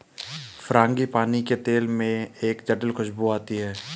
frangipani के तेल में एक जटिल खूशबू आती है